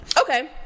Okay